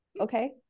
okay